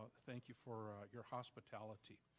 thank you for your hospitality.